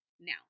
Now